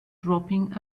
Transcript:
dropping